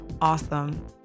Awesome